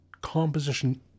composition